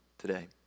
today